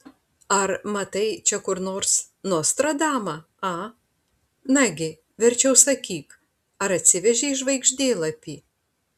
ar matai čia kur nors nostradamą a nagi verčiau sakyk ar atsivežei žvaigždėlapį